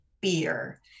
beer